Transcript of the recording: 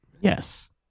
Yes